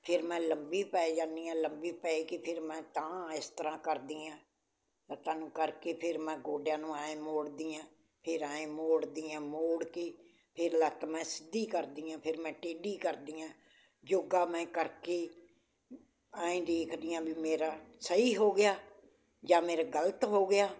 ਫਿਰ ਮੈਂ ਲੰਬੀ ਪੈ ਜਾਂਦੀ ਹਾਂ ਲੰਬੀ ਪੈ ਕੇ ਫਿਰ ਮੈਂ ਉਤਾਂਹ ਇਸ ਤਰ੍ਹਾਂ ਕਰਦੀ ਹਾਂ ਲੱਤਾਂ ਨੂੰ ਕਰਕੇ ਫਿਰ ਮੈਂ ਗੋਡਿਆਂ ਨੂੰ ਐਂ ਮੋੜਦੀ ਹਾਂ ਫਿਰ ਐਂ ਮੋੜਦੀ ਹਾਂ ਮੋੜ ਕੇ ਫਿਰ ਲੱਤ ਮੈਂ ਸਿੱਧੀ ਕਰਦੀ ਹਾਂ ਫਿਰ ਮੈਂ ਟੇਢੀ ਕਰਦੀ ਹਾਂ ਯੋਗਾ ਮੈਂ ਕਰਕੇ ਐਂ ਦੇਖਦੀ ਹਾਂ ਵੀ ਮੇਰਾ ਸਹੀ ਹੋ ਗਿਆ ਜਾਂ ਮੇਰਾ ਗਲਤ ਹੋ ਗਿਆ